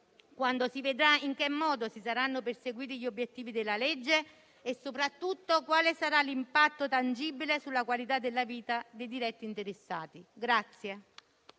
quando si vedrà in che modo si saranno perseguiti gli obiettivi della legge e, soprattutto, quale sarà l'impatto tangibile sulla qualità della vita dei diretti interessati.